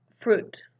fruit